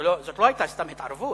זאת לא היתה סתם התערבות,